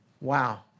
Wow